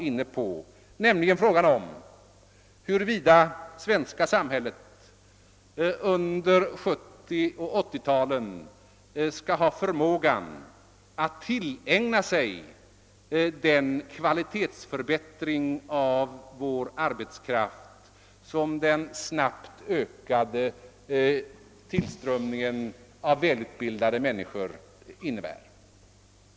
Det gäller frågan om huruvida det svenska samhället under 1970 och 1980 talen skall förmå att tillägna sig den kvalitetsförbättring av vår arbetskraft, som den snabbt ökade tillströmningen till arbetsmarknaden av välutbildade människor innebär.